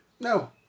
no